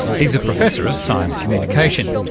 he's a professor of science communication.